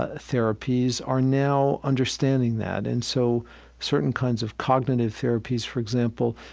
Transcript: ah therapies are now understanding that, and so certain kinds of cognitive therapies, for example,